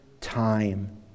time